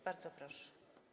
Bardzo proszę.